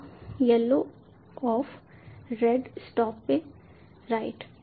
अब yellow of red stop पे right